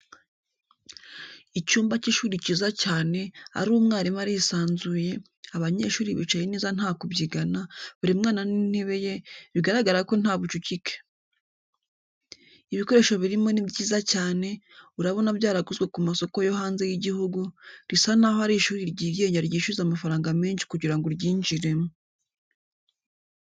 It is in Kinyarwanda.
Icyumba cy'ishuri cyiza cyane, ari umwarimu arisanzuye, abanyeshuri bicaye neza nta kubyigana, buri mwana n'intebe ye, biragaragara ko nta bucucike. Ibikoresho birimo ni byiza cyane, urabona byaraguzwe ku masoko yo hanze y'igihugu, risa naho ari ishuri ryigenga ryishyuza amafaranga menshi kugira ngo uryinjirimo.